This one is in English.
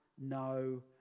no